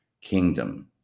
kingdom